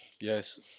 yes